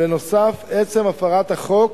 בנוסף, עצם הפרת החוק